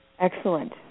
Excellent